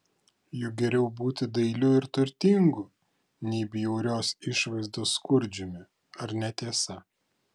juk geriau būti dailiu ir turtingu nei bjaurios išvaizdos skurdžiumi ar ne tiesa